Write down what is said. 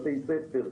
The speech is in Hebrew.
בבתי ספר,